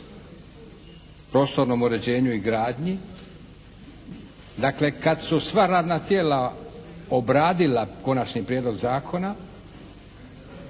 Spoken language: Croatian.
prostornom uređenju i gradnji, dakle kad su sva radna tijela obradila Konačni prijedlog zakona